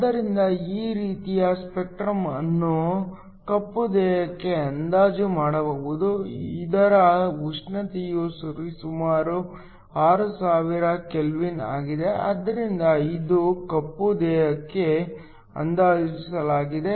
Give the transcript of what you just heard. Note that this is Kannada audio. ಆದ್ದರಿಂದ ಈ ರೀತಿಯ ಸ್ಪೆಕ್ಟ್ರಮ್ ಅನ್ನು ಕಪ್ಪು ದೇಹಕ್ಕೆ ಅಂದಾಜು ಮಾಡಬಹುದು ಇದರ ಉಷ್ಣತೆಯು ಸುಮಾರು 6000 ಕೆಲ್ವಿನ್ ಆಗಿದೆ ಆದ್ದರಿಂದ ಇದು ಕಪ್ಪು ದೇಹಕ್ಕೆ ಅಂದಾಜಿಸಲಾಗಿದೆ